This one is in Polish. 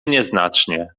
nieznacznie